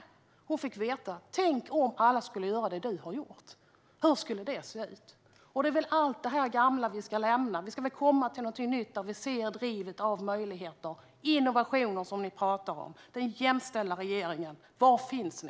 Chefen sa: Tänk om alla skulle göra det du har gjort! Hur skulle det se ut? Det är allt detta gamla som vi ska lämna. Vi ska börja med något nytt där vi ser möjligheter och innovationer, som ni pratar om. Den jämställda regeringen, var finns ni?